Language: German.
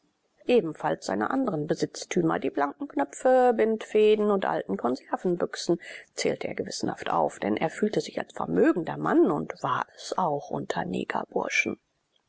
ebenfalls seine andren besitztümer die blanken knöpfe bindfäden und alten konservenbüchsen zählte er gewissenhaft auf denn er fühlte sich als vermögender mann und war es auch unter